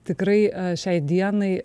tikrai šiai dienai